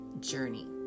journey